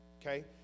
okay